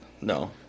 No